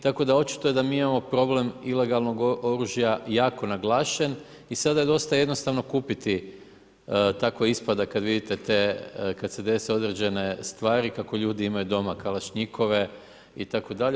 Tako da očito je da mi imamo problem ilegalnog oružja jako naglašen i sada je dosta jednostavno kupiti, tako ispada, kada vidite te, kada se dese određene stvari, kako ljudi imaju doma kalašnjikove itd.